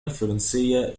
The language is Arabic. الفرنسية